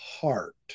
heart